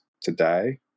today